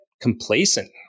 complacent